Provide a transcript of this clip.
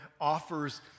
offers